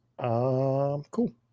cool